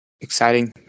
exciting